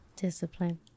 Discipline